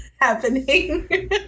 happening